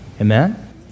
amen